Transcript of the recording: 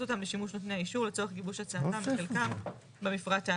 אותם לשימוש לפני האישור לצורך גיבוש הצעתם בחלקה במפרט האחיד.